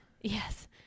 yes